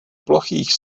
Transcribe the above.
plochých